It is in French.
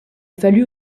fallu